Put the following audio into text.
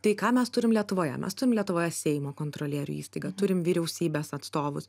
tai ką mes turim lietuvoje mes turim lietuvoje seimo kontrolierių įstaiga turim vyriausybės atstovus